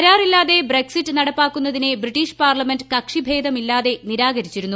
കരാറില്ലാതെ Brexit നടപ്പാക്കുന്നതിനെ British parliament കക്ഷിഭേദമില്ലാതെ നീരാക്രിച്ചിരുന്നു